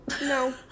no